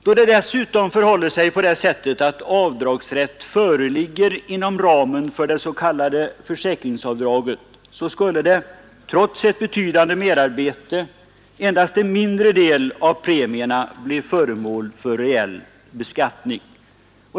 Då det dessutom förhåller sig på det sättet att avdragsrätt föreligger inom ramen för det s.k. försäkringsavdraget skulle, trots ett betydande merarbete, endast en mindre del av premierna bli föremål för reell beskattning.